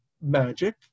magic